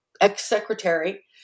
ex-secretary